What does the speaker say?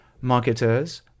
Marketers